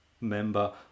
member